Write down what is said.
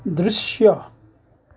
दृश्य